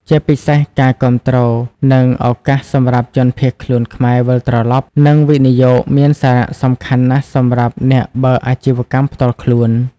ជាពិសេសការគាំទ្រ និងឱកាសសម្រាប់ជនភៀសខ្លួនខ្មែរវិលត្រឡប់ និងវិនិយោគមានសារះសំខាន់ណាស់សម្រាប់អ្នកបើកអាជិវកម្មផ្ទាល់ខ្លួន។